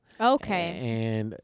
okay